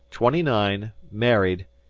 twenty nine, married,